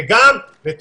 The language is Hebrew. וגם עברי,